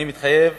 אני מתחייב